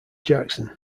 jackson